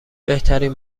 بهترین